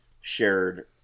shared